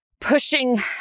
pushing